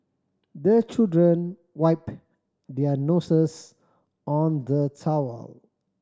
the children wipe their noses on the towel